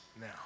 now